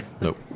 nope